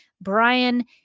brian